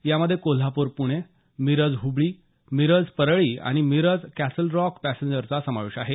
यामध्ये कोल्हापूर पुणे मिरज हुबळी मिरज परळी आणि मिरज कॅसलरॉक पॅसेंजरचा समावेश आहे